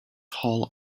hall